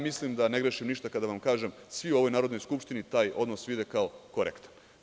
Mislim da ne grešim ništa kada vam kažem – svi u ovoj Narodnoj skupštini taj odnos vide kao korektan.